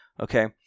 Okay